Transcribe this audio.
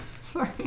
Sorry